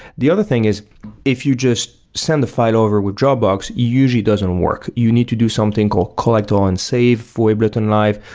the other thing is if you just send the file over with dropbox, it usually doesn't work. you need to do something called collect on save for ableton live,